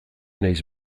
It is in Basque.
naiz